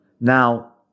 Now